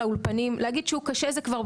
ומשרד האוצר צריך לזכור את הנתון הזה שוב ושוב,